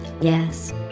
Yes